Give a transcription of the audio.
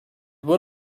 would